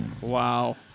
wow